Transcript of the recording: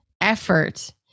effort